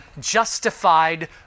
justified